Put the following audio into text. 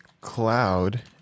Cloud